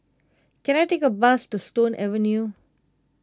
can I take a bus to Stone Avenue